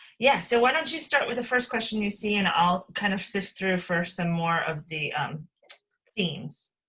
yeah, so why don't you start with the first question you see and i'll kind of sift through for some more of the themes?